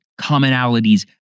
commonalities